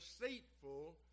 deceitful